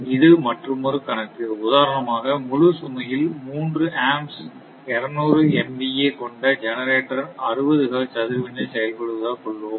இது மற்றுமொரு கணக்கு உதாரணமாக முழு சுமையில் 3 A 200 MVA கொண்ட ஜெனரேட்டர் 60 ஹெர்ட்ஸ் அதிர்வெண்ணில் செயல்படுவதாக கொள்வோம்